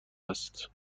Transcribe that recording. است